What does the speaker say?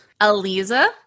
Aliza